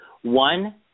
One